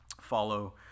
follow